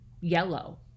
yellow